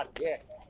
yes